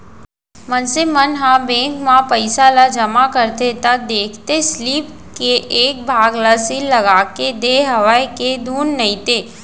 मनसे मन ह बेंक म पइसा ल जमा करथे त देखथे सीलिप के एक भाग ल सील लगाके देय हवय के धुन नइते